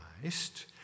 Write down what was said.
Christ